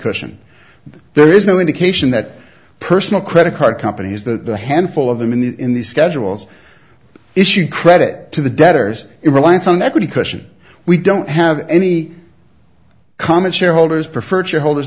question there is no indication that personal credit card companies that the handful of them in the in the schedules issued credit to the debtors in reliance on equity cushion we don't have any common shareholders preferred shareholders